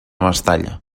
mestalla